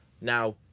Now